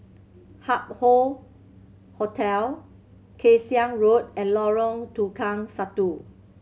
Hup Hoe Hotel Kay Siang Road and Lorong Tukang Satu